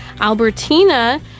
Albertina